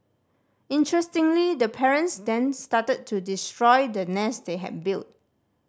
interestingly the parents then started to destroy the nest they had built